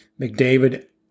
McDavid